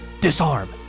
disarm